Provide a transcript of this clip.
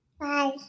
Bye